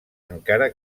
encara